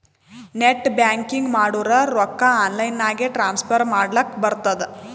net banking ಮಾಡುರ್ ರೊಕ್ಕಾ online ನಾಗೆ ಟ್ರಾನ್ಸ್ಫರ್ ಮಾಡ್ಲಕ್ ಬರ್ತುದ್